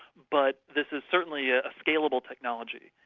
but this is certainly a scalable technology.